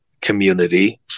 community